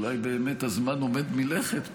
אולי באמת הזמן עומד מלכת.